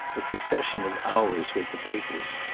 a succession of hours with the papers.